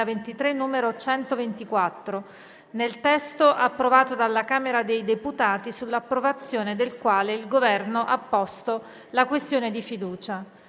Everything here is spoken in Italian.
2023, n. 124, nel testo approvato dalla Camera dei deputati, sull'approvazione del quale il Governo ha posto la questione di fiducia: